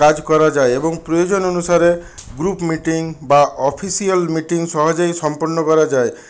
কাজ করা যায় এবং প্রয়োজন অনুসারে গ্রুপ মিটিং বা অফিসিয়াল মিটিং সহজেই সম্পন্ন করা যায়